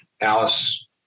Alice